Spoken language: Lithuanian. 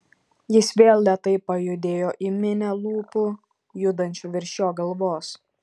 jis vėl lėtai pajudėjo į minią lūpų judančių virš jo galvos